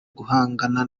guhangana